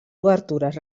obertures